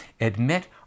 admit